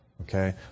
okay